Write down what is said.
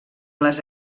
les